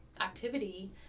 activity